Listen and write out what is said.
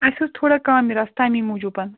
اَسہِ اوس تھوڑا کامِہ رژھ تَمی موٗجوٗب